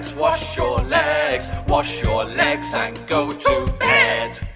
wash your legs. wash your legs ah and go to bed.